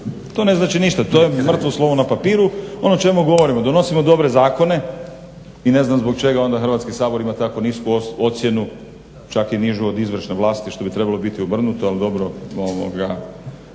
To ne znači ništa, to je mrtvo slovo na papiru. Ono o čemu govorimo, donosimo dobre zakone i ne znam zbog čega onda Hrvatski sabor ima tako nisku ocjenu, čak i nižu od izvršne vlasti što bi trebalo biti obrnuto, ali dobro,